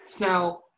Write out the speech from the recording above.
Now